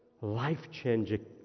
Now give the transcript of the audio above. life-changing